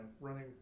running